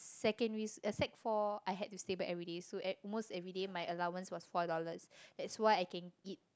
secondaries~ uh sec-four I have to stay back everyday so at most everyday my allowance was four dollars that's why I can eat